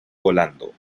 volando